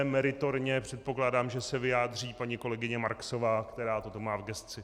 Meritorně, předpokládám, že se vyjádří paní kolegyně Marksová, která toto má v gesci.